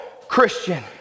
Christian